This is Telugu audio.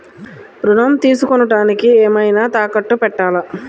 ఋణం తీసుకొనుటానికి ఏమైనా తాకట్టు పెట్టాలా?